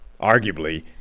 arguably